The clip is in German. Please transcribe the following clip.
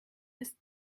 ist